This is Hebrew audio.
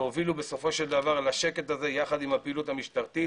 והובילו בסופו של דבר לשקט הזה יחד עם הפעילות המשטרתית.